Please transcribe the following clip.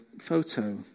photo